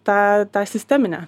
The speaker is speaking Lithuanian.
tą tą sisteminę